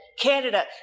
Canada